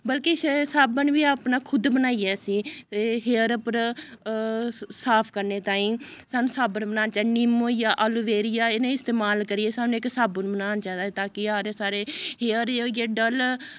बल्के श साबन बी अपना खुद बनाइयै असें हेयर उप्पर साफ करने ताईं सानूं साबन बनाने चाहिदा निम्म होई गेआ एलोवेरिआ इ'नें इस्तेमाल करियै सानूं इक साबन बनाना चाहिदा ता कि साढ़े हेयर जे होइयै डल